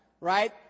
right